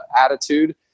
attitude